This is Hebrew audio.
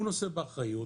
הוא נושא באחריות,